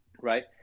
Right